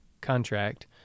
contract